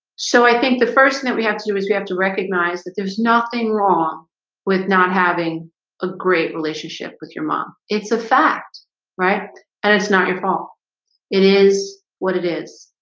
so i think the first thing and that we have to do is we have to recognize that there's nothing wrong with not having a great relationship with your mom. it's a fact right and it's not your fault it is what it is.